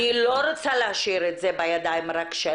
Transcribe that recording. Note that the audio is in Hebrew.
אני לא רוצה להשאיר את זה בידיים רק של